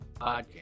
podcast